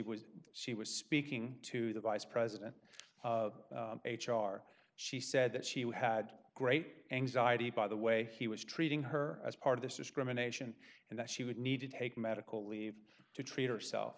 was she was speaking to the vice president h r she said that she had great anxiety by the way he was treating her as part of this discrimination and that she would need to take medical leave to treat herself